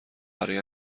برای